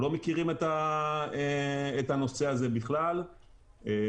אנחנו לא מכירים את הנושא הזה בכלל ואנחנו